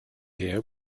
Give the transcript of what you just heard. here